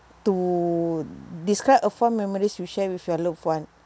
to describe a fond memories you share with your loved one